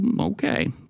okay